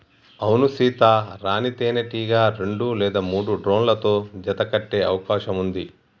అవునా సీత, రాణీ తేనెటీగ రెండు లేదా మూడు డ్రోన్లతో జత కట్టె అవకాశం ఉంది